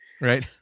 Right